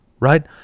right